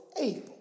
able